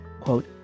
quote